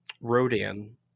Rodan